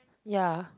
ya